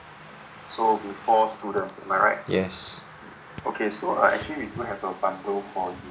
yes